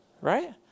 right